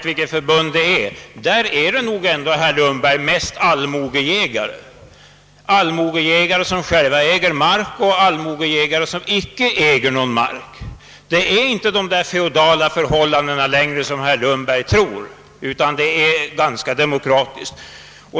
I båda förbunden ingår det nog mest »allmogejägare», både sådana som själva äger mark och sådana som icke äger mark. Det råder inte längre sådana feodala förhållanden som herr Lundberg tror, utan allt går demokratiskt till.